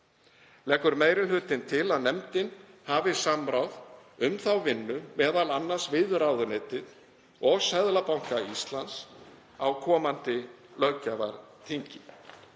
Leggur meiri hlutinn til að nefndin hafi samráð um þá vinnu, m.a. við ráðuneytið og Seðlabanka Íslands, á komandi löggjafarþingi.